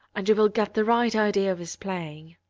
and you will get the right idea of his playing.